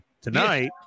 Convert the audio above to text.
tonight